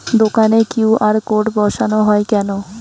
দোকানে QR code বসানো হয় কেন?